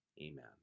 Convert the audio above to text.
Amen